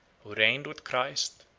who reigned with christ,